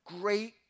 great